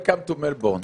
Welcome to Melbourne.